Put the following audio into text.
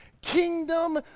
kingdom